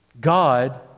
God